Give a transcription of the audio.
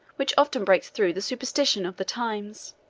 which often breaks through the superstition of the times.